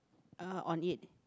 uh on it